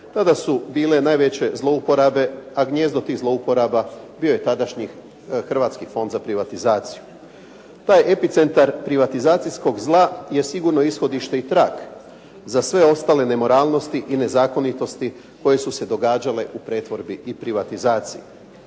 tada su bile najveće zlouporabe a gnijezdo tih zlouporaba bio je tadašnji Hrvatski fond za privatizaciju. Taj epicentar privatizacijskog zla je sigurno ishodište i trag za sve ostale nemoralnosti i nezakonitosti koje su se događale u pretvorbi i privatizaciji.